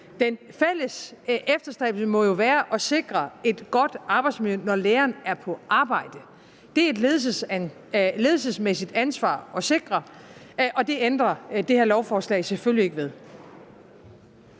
Den fælles efterstræbelse må jo være at sikre et godt arbejdsmiljø, når læreren er på arbejde. Det er et ledelsesmæssigt ansvar at sikre, og det ændrer det her lovforslag selvfølgelig ikke ved.